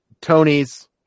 Tony's